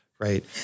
right